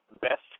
Best